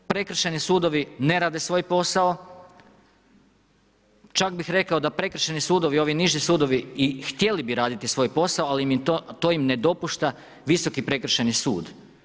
Prekršajni sudovi ne rade svoj posao, čak bi rekao da prekršajni sudovi, ovi niži sudovi i htjeli bi raditi svoj posao, ali to im ne dopušta Visoki prekršajni sud.